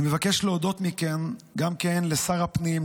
אני מבקש להודות גם כן לשר הפנים,